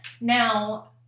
Now